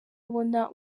abona